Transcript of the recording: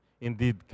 indeed